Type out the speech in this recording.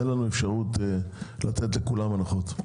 אין לנו אפשרות לתת לכולם הנחות.